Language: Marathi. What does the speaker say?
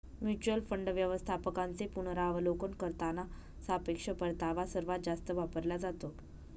म्युच्युअल फंड व्यवस्थापकांचे पुनरावलोकन करताना सापेक्ष परतावा सर्वात जास्त वापरला जातो